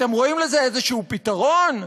אתם רואים לזה פתרון כלשהו?